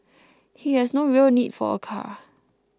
he has no real need for a car